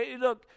look